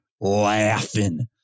laughing